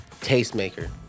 tastemaker